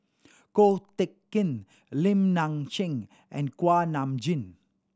Ko Teck Kin Lim Nang Seng and Kuak Nam Jin